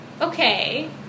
okay